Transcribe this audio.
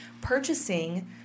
purchasing